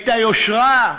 את היושרה?